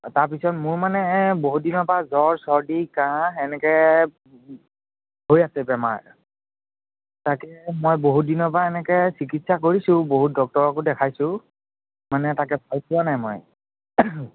তাৰপিছত মোৰ মানে বহুতদিনৰ পৰা জ্বৰ চৰ্দি কাহ এনেকৈ হৈ আছে বেমাৰ তাকে মই বহুতদিনৰ পৰা এনেকৈ চিকিৎসা কৰিছোঁ বহুত ডক্তৰকো দেখাইছোঁ মানে তাকে ভাল পোৱা নাই মই